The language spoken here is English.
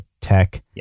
tech